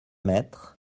maîtres